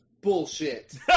Bullshit